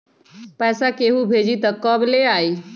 पैसा केहु भेजी त कब ले आई?